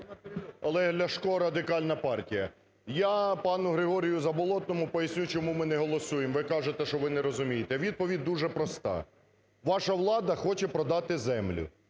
Олег Ляшко, Радикальна партія. Я пану Григорію Заболотному поясню, чому ми не голосуємо, ви кажете, що ви не розумієте. Відповідь дуже проста. Ваша влада хоче продати землю.